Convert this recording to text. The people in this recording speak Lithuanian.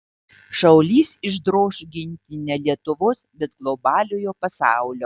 šaulys išdroš ginti ne lietuvos bet globaliojo pasaulio